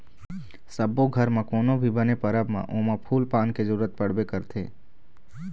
सब्बो घर म कोनो भी बने परब म ओमा फूल पान के जरूरत पड़बे करथे